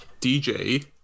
DJ